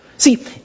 See